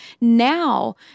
now